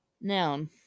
Noun